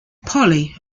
polly